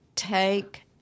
take